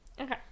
Okay